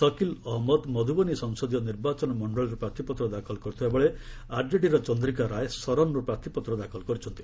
ସକିଲ୍ ଅହମ୍ମଦ ମଧୁବନି ସଂସଦୀୟ ନିର୍ବାଚନ ମଣ୍ଡଳୀରୁ ପ୍ରାର୍ଥୀପତ୍ର ଦାଖଲ କରିଥିବାବେଳେ ଆର୍ଜେଡିର ଚନ୍ଦ୍ରିକା ରାୟ ସରନ୍ରୁ ପ୍ରାର୍ଥୀପତ୍ର ଦାଖଲ କରିଛନ୍ତି